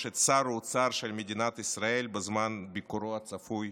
את שר האוצר של מדינת ישראל בזמן ביקורו הצפוי